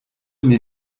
mir